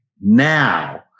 now